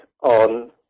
on